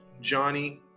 Johnny